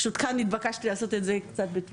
פשוט נתבקשתי לעשות את זה בתמונות.